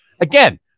again